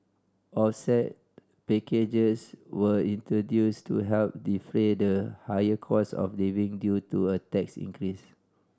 offset packages were introduced to help defray the higher cost of living due to a tax increase